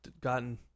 gotten